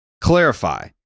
clarify